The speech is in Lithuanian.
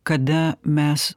kada mes